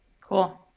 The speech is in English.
Cool